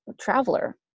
traveler